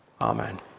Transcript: Amen